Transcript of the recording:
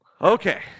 Okay